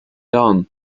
done